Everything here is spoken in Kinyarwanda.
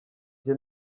njye